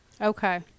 Okay